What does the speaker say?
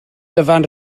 dyfan